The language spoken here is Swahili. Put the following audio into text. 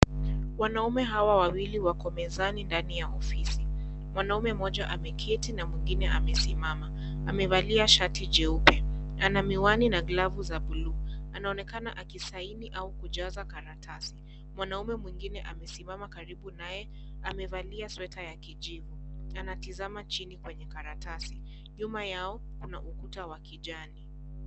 Wanaume hawa wawili wako mezani ndani ya ofisi, mwanaume mmoja ameketi na mwingine amesimama amevalia shati jeupe, ana miwani na glavu za buluu, anaonekana akisaini au kujaza karatasi, mwanaume mwingine amesimama karibu naye amevalia sweta ya kijivu anatizama chini kwenye karatasi, nyuma yao kuna ukuta wa kijani.